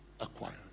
acquired